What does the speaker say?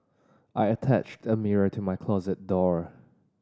I attached a mirror to my closet door